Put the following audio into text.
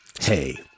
Hey